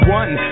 one